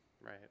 Right